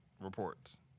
reports